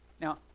Now